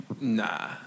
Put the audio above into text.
Nah